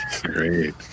Great